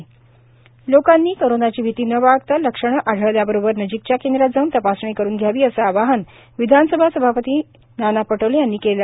नाना पटोले लोकांनी कोरोनाची भिती न बाळगता लक्षणं आढळल्याबरोबर नजीकच्या केंद्रात जाऊन तपासणी करुन घ्यावी असं आवाहन विधानसभा सभापती नाना पटोले यांनी आज केलं